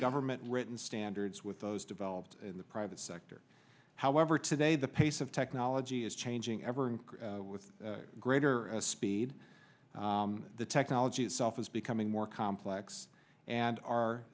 government written standards with those developed in the private sector however today the pace of technology is changing ever increase with greater speed the technology itself is becoming more complex and